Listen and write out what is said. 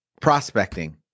prospecting